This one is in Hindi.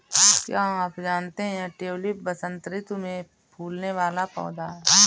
क्या आप जानते है ट्यूलिप वसंत ऋतू में फूलने वाला पौधा है